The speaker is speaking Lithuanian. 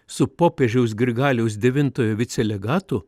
su popiežiaus grigaliaus devintojo vicelegatu